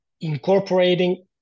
incorporating